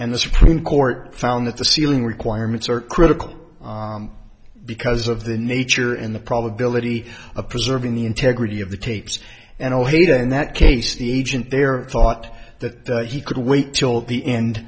and the supreme court found that the sealing requirements are critical because of the nature and the probability of preserving the integrity of the tapes and o'hagan in that case the agent there thought that he could wait till the end